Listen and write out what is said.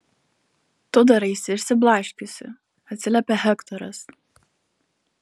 tu daraisi išsiblaškiusi atsiliepia hektoras